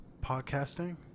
podcasting